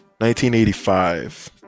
1985